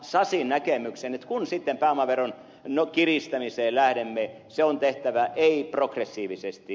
sasin näkemykseen että kun sitten pääomaveron kiristämiseen lähdemme se on tehtävä ei progressiivisesti